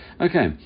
Okay